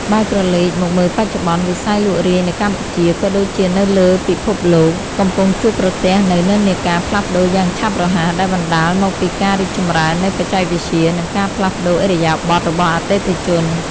បើក្រឡេកមកមើលបច្ចុប្បន្ន វិស័យលក់រាយនៅកម្ពុជា ក៏ដូចជានៅលើពិភពលោក កំពុងជួបប្រទះនូវនិន្នាការផ្លាស់ប្តូរយ៉ាងឆាប់រហ័ស ដែលបណ្ដាលមកពីការរីកចម្រើននៃបច្ចេកវិទ្យា និងការផ្លាស់ប្តូរឥរិយាបថរបស់អតិថិជន។